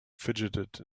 fidgeted